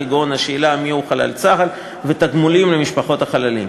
כגון השאלה מיהו חלל צה"ל ותגמולים למשפחות החללים.